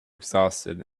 exhausted